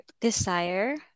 desire